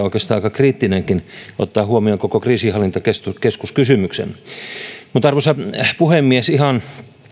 oikeastaan aika kriittinen ottaen huomioon koko kriisinhallintakeskus kysymyksen arvoisa puhemies ihan